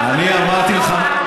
אני פעם אמרתי לך מה,